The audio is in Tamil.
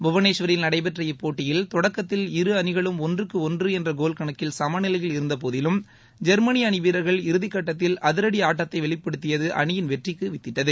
புவனேஸ்வரில் நடைபெற்ற இப்போட்டியில் தொடக்கத்தில் இரு அணிகளும் ஒன்றுக்கு ஒன்று என்ற கோல் கணக்கில் சமநிலையில் இருந்தபோதிலும் ஜெர்மனி அணி வீரர்கள் இறுதி கட்டத்தில் அதிரடி ஆட்டத்தை வெளிப்படுத்தியது அணியின் வெற்றிக்கு வித்திட்டது